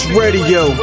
radio